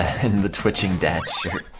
and and the twitching dad shirt